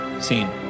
scene